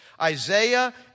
Isaiah